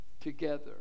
together